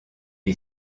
est